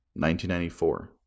1994